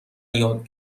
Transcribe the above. یاد